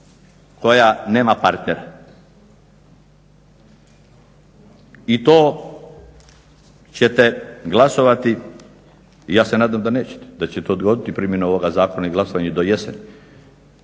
koja nema partnera. I to ćete glasovati, ja se nadam da nećete, da ćete odgoditi primjenu ovoga zakona i glasovanje do jeseni,